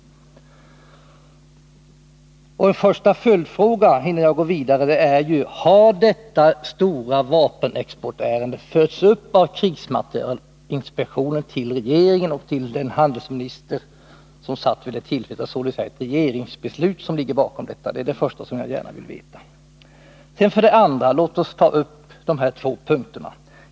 En första följdfråga, innan jag går vidare, är: Har detta stora vapenexportärende förts upp av krigsmaterielinspektionen till regeringen och till den handelsminister som satt vid det tillfälle då man fattade det regeringsbeslut som ligger bakom i detta fall? Låt oss sedan ta upp de här två punkterna.